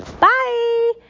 Bye